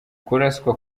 kuraswa